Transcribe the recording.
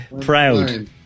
proud